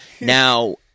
now